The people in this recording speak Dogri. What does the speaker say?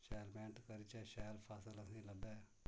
शैल मेह्नत करचै शैल फसल असेंगी लब्भै